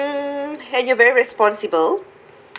mm and you very responsible